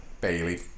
Bailey